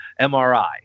MRI